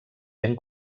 ben